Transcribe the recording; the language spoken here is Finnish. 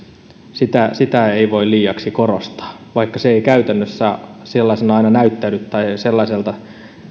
sitä sitä ei voi liiaksi korostaa vaikka se ei käytännössä sellaisena aina näyttäydy tai sellaiselta